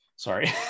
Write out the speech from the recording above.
Sorry